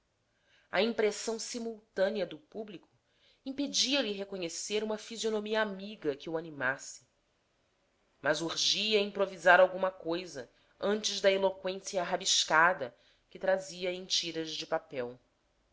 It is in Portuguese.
a impressão simultânea do público impedia lhe reconhecer uma fisionomia amiga que o animasse mas urgia improvisar alguma coisa antes da eloquência rabiscada que trazia em tiras de papel